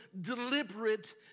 deliberate